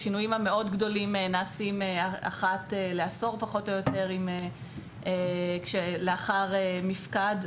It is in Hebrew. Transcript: השינויים המאוד גדולים נעשים אחת לעשור פחות או יותר לאחר מפקד,